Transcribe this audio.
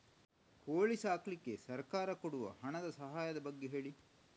ಕೋಳಿ ಸಾಕ್ಲಿಕ್ಕೆ ಸರ್ಕಾರ ಕೊಡುವ ಹಣದ ಸಹಾಯದ ಬಗ್ಗೆ ಹೇಳಿ